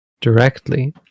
directly